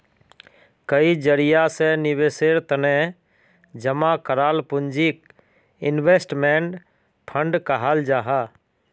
कई जरिया से निवेशेर तने जमा कराल पूंजीक इन्वेस्टमेंट फण्ड कहाल जाहां